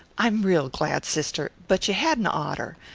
i'm real glad, sister but you hadn't oughter.